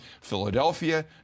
Philadelphia